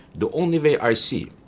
the only way i see,